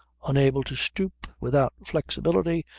unable to stoop, without flexibility,